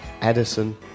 Edison